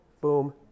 boom